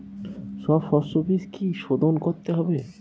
সব শষ্যবীজ কি সোধন করতে হবে?